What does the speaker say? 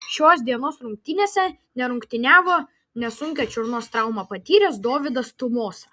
šios dienos rungtynėse nerungtyniavo nesunkią čiurnos traumą patyręs dovydas tumosa